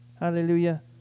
Hallelujah